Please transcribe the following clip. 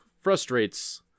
frustrates